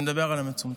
אני מדבר על המצומצם.